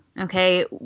okay